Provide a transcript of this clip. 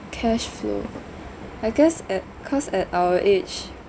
cash flow I guess at cause at our age